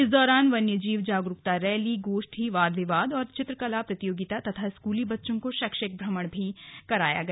इस दौरान वन्य जीव जागरूकता रैली गोष्ठी वाद विवाद और चित्रकला प्रतियोगिता तथा स्कूली बच्चों को शैक्षिक भ्रमण भी कराया गया